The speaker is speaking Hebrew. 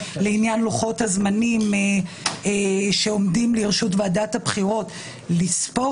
לעניין לוחות הזמנים שעומדים לרשות ועדת הבחירות לספור